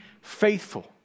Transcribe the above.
faithful